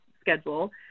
schedule